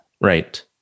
Right